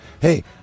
hey